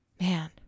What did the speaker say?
man